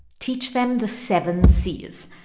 teach them the seven c's.